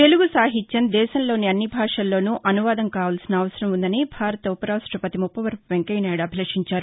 తెలుగు సాహిత్యం దేశంలోని అన్ని భాషల్లోనూ అనువాదం కావల్పిన అవసరం ఉందని భారత్ ఉపర్యాష్టపతి ముపవరపు వెంకయ్య నాయుడు అభిలషించారు